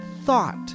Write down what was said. thought